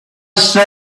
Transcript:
saw